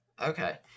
Okay